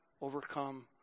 overcome